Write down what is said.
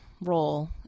role